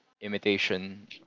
imitation